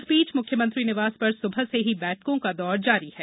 इस बीच मुख्यमंत्री निवास पर सुबह से ही बैठकों का दौर जारी है